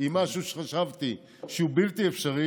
אם חשבתי שמשהו הוא בלתי אפשרי,